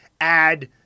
add